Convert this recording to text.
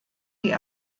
die